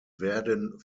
werden